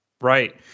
Right